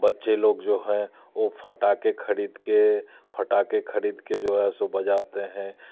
बच्चे लोग जो हैं ओ फ़टाके खरीद के फ़टाके खरीद के जो है उसको बजाते हैं